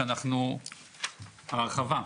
על הרחבה.